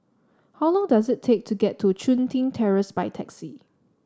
how long does it take to get to Chun Tin Terrace by taxi